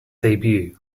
debut